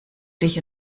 dich